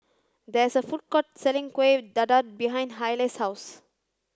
there is a food court selling Kueh Dadar behind Hayley's house